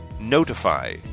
Notify